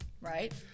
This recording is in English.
Right